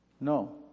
No